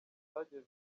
zagiye